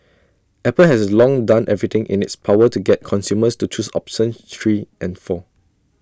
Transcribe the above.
Apple has long done everything in its power to get consumers to choose three and four